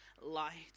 light